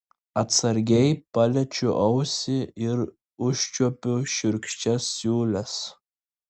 atsargiai paliečiu ausį ir užčiuopiu šiurkščias siūles